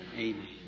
Amen